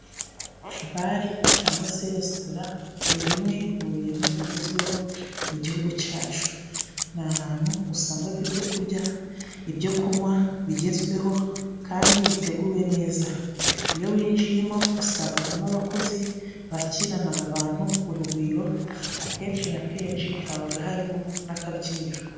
Bare cyangwa se resitora, ni bimwe mu bintu bigezweho mu gihugu cyacu, ni ahantu usanga ibyo kurya ibyo kunwa bigezweho kandi biteguwe neza. Iyo winjiyemo usangamo abakozi bakirana abantu urugwiro, akenshi na kenshi haba harimo n'akabyiniro.